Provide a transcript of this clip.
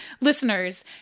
listeners